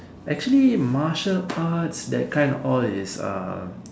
actually material arts that kind all is ah